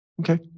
Okay